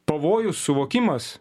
pavojų suvokimas